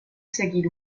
seguir